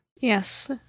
Yes